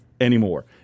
anymore